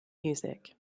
music